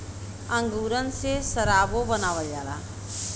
अंगूरन से सराबो बनावल जाला